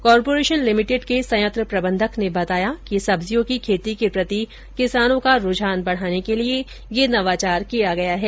corporation limited के संयंत्र प्रबंधक ने बताया कि सब्जियों की खेती के प्रति किसानों का रुझान बढाने के लिये ये नवाचार किया गया है